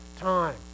time